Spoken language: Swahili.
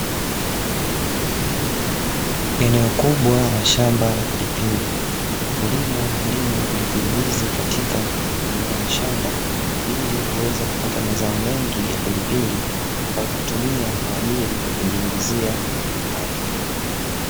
Eneo kubwa la shamba la pilipili, wakulima hulima pilipili hizi katika maeneo ya shamba ili kuweza kupata mazao mengi ya pilipili ambayo hutumia kwaajili ya kujiingizia kipato.